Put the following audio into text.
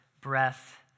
breath